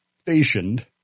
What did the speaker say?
stationed